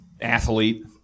athlete